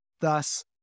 thus